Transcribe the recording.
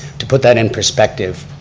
to put that in perspective,